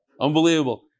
Unbelievable